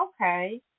okay